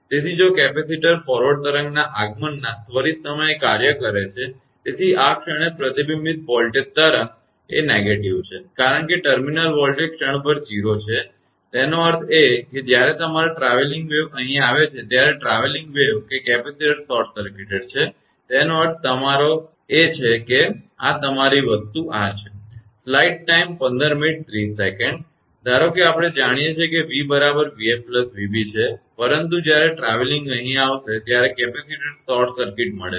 તેથી જો capacitor forward તરંગના આગમનના ત્વરિત સમયે કાર્ય કરે છે તેથી આ ક્ષણે પ્રતિબિંબિત વોલ્ટેજ તરંગ એ નકારાત્મક છે કારણ કે ટર્મિનલ વોલ્ટેજ ક્ષણભર 0 છે તેનો અર્થ એ કે જ્યારે તમારા ટ્રાવેલીંગ વેવ અહીં આવે છે ત્યારે ટ્રાવેલીંગ વેવ કે કેપેસિટર શોર્ટ સર્કિટેડ છે તેનો અર્થ છે તમારા તેનો અર્થ છે તમારી આ વસ્તુ આ ધારો કે આપણે જાણીએ છીએ કે v બરાબર 𝑣𝑓 𝑣𝑏 છે પરંતુ જ્યારે મુસાફરી અહીં આવશે ત્યારે કેપેસિટર શોર્ટ સર્કિટ મળે છે